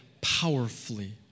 powerfully